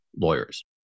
lawyers